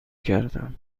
کردم